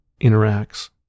interacts